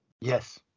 Yes